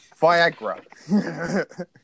Viagra